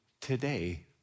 today